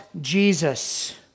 Jesus